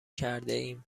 کردهایم